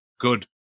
good